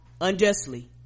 unjustly